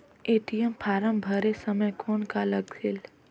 ATM form भरे समय कौन का लगेल?